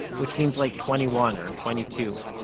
which means like twenty one or twenty two.